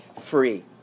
free